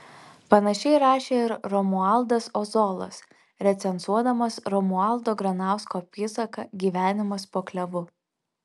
panašiai rašė ir romualdas ozolas recenzuodamas romualdo granausko apysaką gyvenimas po klevu